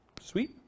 Sweet